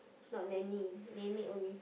not nanny nenek only